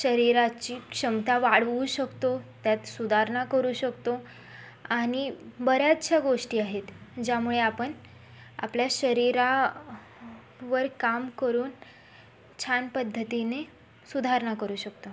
शरीराची क्षमता वाढवू शकतो त्यात सुधारणा करू शकतो आणि बऱ्याचशा गोष्टी आहेत ज्यामुळे आपण आपल्या शरीरावर काम करून छान पद्धतीने सुधारणा करू शकतो